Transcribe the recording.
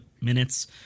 minutes